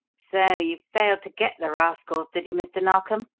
so you failed to get the rascals, did you, mr. narkom?